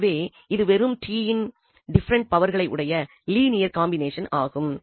எனவே இது வெறும் t இன் டிஃபரென்ட் பவர்களை உடைய லீனியர் காம்பினேஷன் ஆகும்